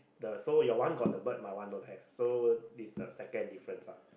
the so your one got the bird my one don't have so this is the second difference lah